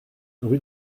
rue